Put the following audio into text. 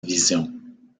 vision